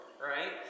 right